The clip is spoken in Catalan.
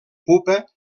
pupa